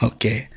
Okay